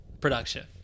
production